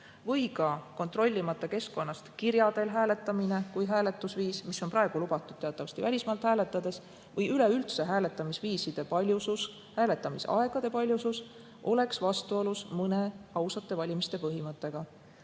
või ka kontrollimata keskkonnast kirja teel hääletamine kui hääletusviis, mis on praegu lubatud teatavasti välismaalt hääletades, või üleüldse hääletamisviiside paljusus või hääletamisaegade paljusus oleks vastuolus ausate valimiste põhimõttega.